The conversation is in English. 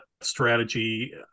strategy